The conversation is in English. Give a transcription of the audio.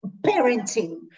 parenting